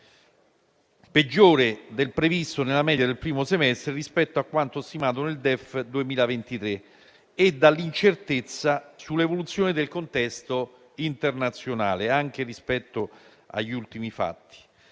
peggiore del previsto nella media del primo semestre rispetto a quanto stimato nel DEF 2023, e dall'incertezza sull'evoluzione del contesto internazionale anche rispetto agli ultimi fatti.